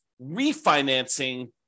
refinancing